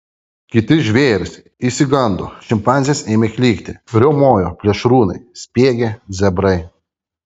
kiti žvėrys išsigando šimpanzės ėmė klykti riaumojo plėšrūnai spiegė zebrai